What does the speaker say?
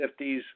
50s